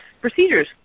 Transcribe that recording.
procedures